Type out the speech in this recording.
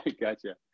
Gotcha